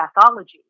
pathology